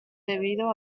debido